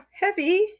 heavy